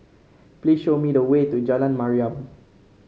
please show me the way to Jalan Mariam